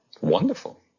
wonderful